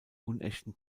unechten